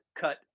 cut